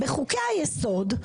בחוקי היסוד,